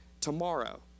Tomorrow